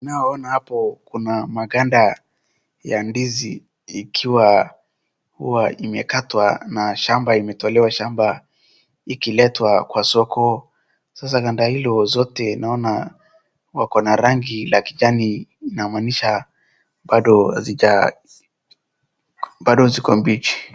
Unaona hapo kuna maganda ya ndizi ikiwa huwa imekatwa na shamba imetolewa shamba ikiletwa kwa soko, sasa ganda hilo zote naona wako na rangi za kijani inamaanisa bado hazija bado ziko mbichi.